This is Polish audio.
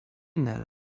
nel